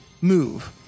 move